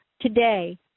today